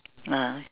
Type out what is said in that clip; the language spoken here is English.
ah